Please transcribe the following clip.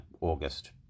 August